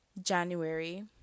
January